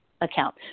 account